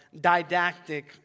didactic